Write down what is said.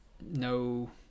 no